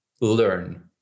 learn